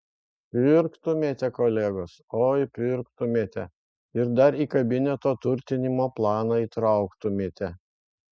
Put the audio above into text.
pirktumėte kolegos oi pirktumėte ir dar į kabineto turtinimo planą įtrauktumėte